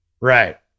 Right